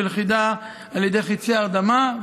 בלכידה על ידי חיצי הרדמה,